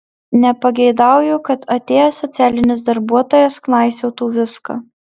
nepageidauju kad atėjęs socialinis darbuotojas knaisiotų viską